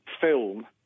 film